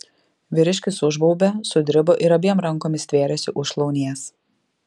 vyriškis užbaubė sudribo ir abiem rankomis stvėrėsi už šlaunies